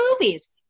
movies